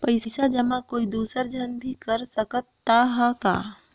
पइसा जमा कोई दुसर झन भी कर सकत त ह का?